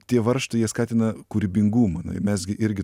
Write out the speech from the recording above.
tie varžtai jie skatina kūrybingumą na mes gi irgi